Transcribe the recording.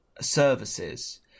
services